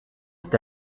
est